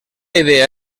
idea